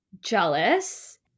jealous